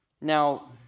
Now